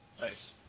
Nice